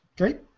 Okay